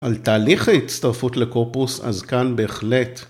‫על תהליך ההצטרפות לקורפוס ‫אז כאן בהחלט.